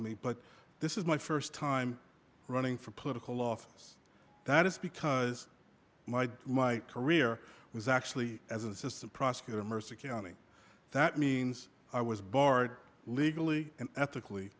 me but this is my first time running for political office that is because my my career was actually as an assistant prosecutor mercer county that means i was barred legally and ethically